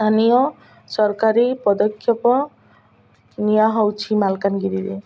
ସ୍ଥାନୀୟ ସରକାରୀ ପଦକ୍ଷେପ ନିଆହଉଛି ମାଲକାନଗିରିରେ